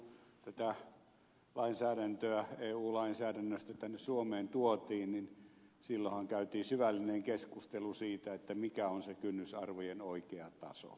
silloin aikoinaanhan kun tätä lainsäädäntöä eu lainsäädännöstä tänne suomeen tuotiin käytiin syvällinen keskustelu siitä mikä on se kynnysarvojen oikea taso